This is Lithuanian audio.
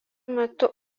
metu